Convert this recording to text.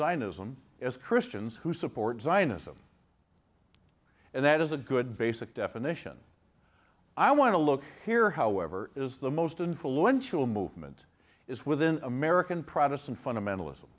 zionism as christians who support zionism and that is a good basic definition i want to look here however is the most influential movement is within american protestant fundamentalism